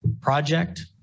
project